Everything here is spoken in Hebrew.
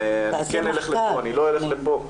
'אני כן אלך לפה אני לא אלך לפה',